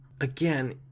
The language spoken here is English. again